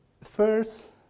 First